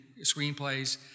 screenplays